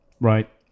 right